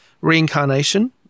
reincarnation